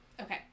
Okay